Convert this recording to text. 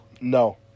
No